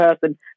person